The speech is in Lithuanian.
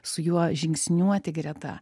su juo žingsniuoti greta